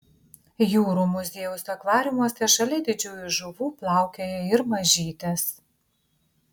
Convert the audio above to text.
jūrų muziejaus akvariumuose šalia didžiųjų žuvų plaukioja ir mažytės